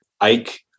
Ike